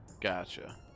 Gotcha